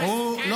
תפסיקו.